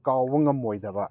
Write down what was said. ꯀꯥꯎꯕ ꯉꯝꯃꯣꯏꯗꯕ